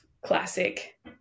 classic